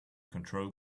control